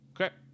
Okay